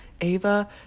Ava